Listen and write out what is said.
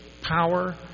power